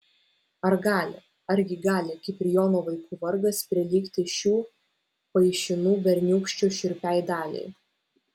ar gali argi gali kiprijono vaikų vargas prilygti šių paišinų berniūkščių šiurpiai daliai